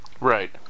Right